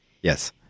Yes